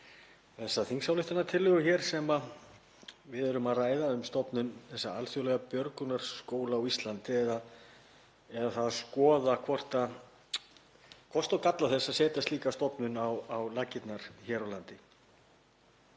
þessa þingsályktunartillögu sem við erum að ræða um, stofnun alþjóðlegs björgunarskóla á Íslandi eða að skoða kosti og galla þess að setja slíka stofnun á laggirnar hér á landi.